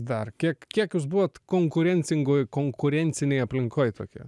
dar kiek kiek jūs buvot konkurencingoj konkurencinėj aplinkoj tokioj